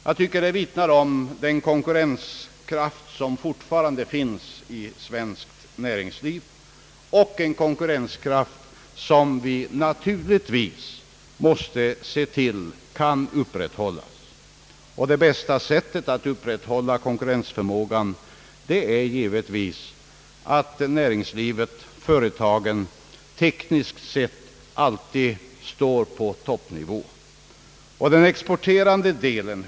Jag tycker det vittnar om den konkurrenskraft, som fortfarande finns i svenskt näringsliv, en konkurrenskraft som vi naturligtvis måste se till kan upprätthållas. Det bästa sättet att uppehålla konkurrensförmågan är givetvis att näringlivet, företagen, tekniskt sett alltid står på toppnivå.